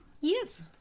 Yes